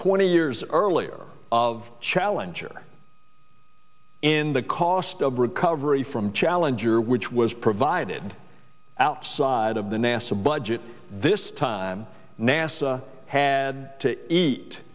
twenty years earlier of challenger in the cost of recovery from challenger which was provided outside of the nasa budget this time nasa had to eat